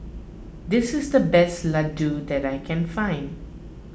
this is the best Ladoo that I can find